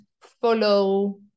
follow